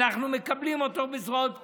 אנחנו מקבלים אותו בזרועות פתוחות.